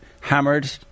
hammered